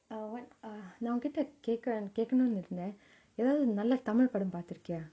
uh what uh நா ஒங்கிட்ட கேகுரன் கேகனுனு இருந்த எதாவது நல்ல:na ongitta kekuran kekanunu iruntha ethavathu nalla tamil படோ பாத்திருகியா:pado paathikuriya